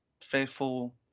faithful